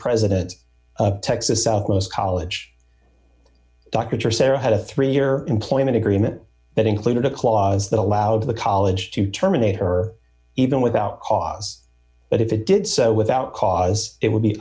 president of texas southwest college dr sarah had a three year employment agreement that included a clause that allowed the college to terminate her even without cause but if it did so without cause it would be